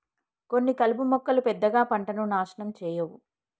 కొన్ని కలుపు మొక్కలు పెద్దగా పంటను నాశనం చేయవు